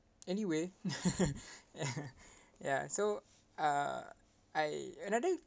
anyway ya so uh I another